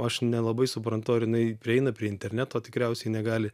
aš nelabai suprantu ar jinai prieina prie interneto tikriausiai negali